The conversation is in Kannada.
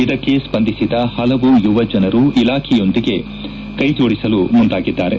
ಇದಕ್ಕೆ ಸ್ಪಂದಿಸಿದ ಹಲವು ಯುವ ಜನರು ಇಲಾಖೆಯೊಂದಿಗೆ ಕೈಜೋಡಿಸಲು ಮುಂದಾಗಿದ್ದಾರೆ